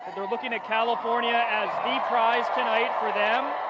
looking at california as the price tonight for them.